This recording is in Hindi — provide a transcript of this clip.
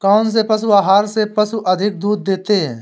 कौनसे पशु आहार से पशु अधिक दूध देते हैं?